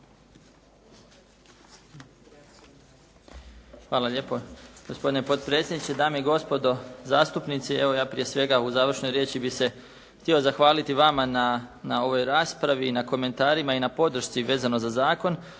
Hvala lijepo. Gospodine potpredsjedniče, dame i gospodo zastupnici. Evo ja prije svega u završnoj riječi bi se htio zahvaliti vama na ovoj raspravi i na komentarima i na podršci vezano za zakon.